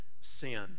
sinned